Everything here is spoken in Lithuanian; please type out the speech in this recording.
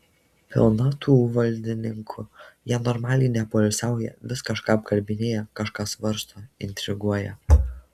pilna tų valdininkų jie normaliai nepoilsiauja vis kažką apkalbinėja kažką svarsto intriguoja